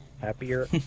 Happier